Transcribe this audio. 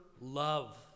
love